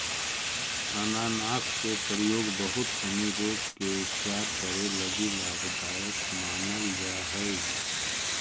अनानास के प्रयोग बहुत सनी रोग के उपचार करे लगी लाभदायक मानल जा हई